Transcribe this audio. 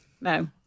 No